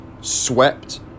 swept